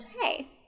hey